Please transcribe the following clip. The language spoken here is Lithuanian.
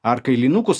ar kailinukus